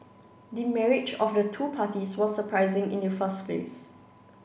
the marriage of the two parties was surprising in the first place